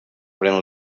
pren